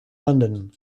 london